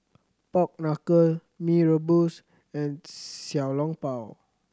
pork knuckle Mee Rebus and Xiao Long Bao